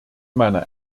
meiner